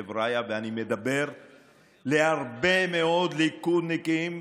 חבריא, ואני מדבר להרבה מאוד ליכודניקים,